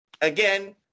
Again